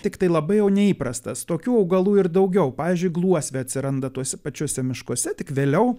tiktai labai jau neįprastas tokių augalų ir daugiau pavyzdžiui gluosvė atsiranda tuose pačiuose miškuose tik vėliau